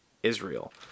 Israel